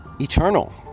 eternal